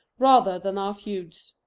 rather than our feuds.